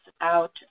out